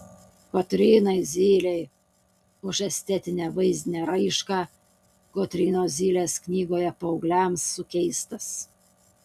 kotrynai zylei už estetinę vaizdinę raišką kotrynos zylės knygoje paaugliams sukeistas